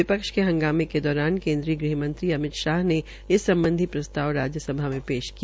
विपक्ष ने हंगामे के दौरान केन्द्रीय गृह मंत्री अमित शाह ने अस सम्बधी प्रसताव राज्यसभा में पेश किया